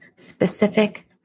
specific